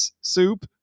soup